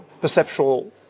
perceptual